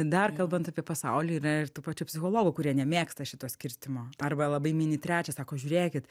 dar kalbant apie pasaulį yra ir tų pačių psichologų kurie nemėgsta šito skirstymo arba labai mini trečią sako žiūrėkit